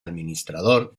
administrador